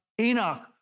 Enoch